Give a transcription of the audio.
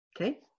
Okay